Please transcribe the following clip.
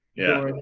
yeah.